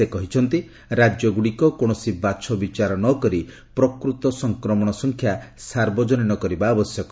ସେ କହିଛନ୍ତି ରାଜ୍ୟ ଗୁଡ଼ିକ କୌଣସି ବାଛବିଚାର ନ କରି ପ୍ରକୃତ ସଂକ୍ରମଣ ସଂଖ୍ୟା ସାର୍ବଜନୀନ କରିବା ଆବଶ୍ୟକ